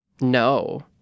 No